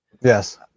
Yes